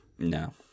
No